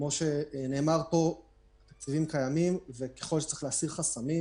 כמו שנאמר פה הצירים קיימים וככל שצריך להסיר חסמים